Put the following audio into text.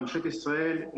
ממשלת ישראל,